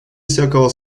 всякого